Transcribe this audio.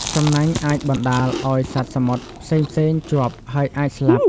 សំណាញ់អាចបណ្តាលឲ្យសត្វសមុទ្រផ្សេងៗជាប់ ហើយអាចស្លាប់។